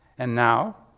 and now,